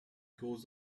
goes